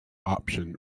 option